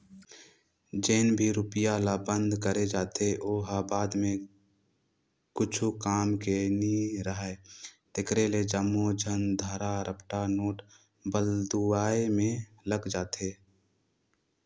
जेन भी रूपिया ल बंद करे जाथे ओ ह बाद म कुछु काम के नी राहय तेकरे ले जम्मो झन धरा रपटा नोट बलदुवाए में लग जाथे